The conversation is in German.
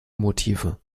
motive